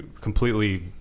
completely